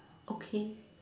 okay